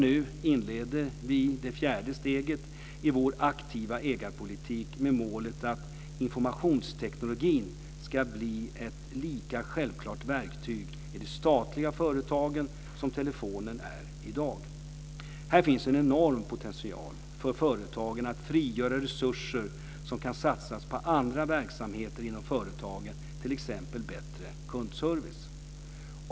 Nu inleder vi det fjärde steget i vår aktiva ägarpolitik med målet att informationstekniken ska bli ett lika självklart verktyg i de statliga företagen som telefonen är i dag. Här finns en enorm potential för företagen att frigöra resurser som kan satsas på andra verksamheter inom företagen, t.ex. bättre kundservice.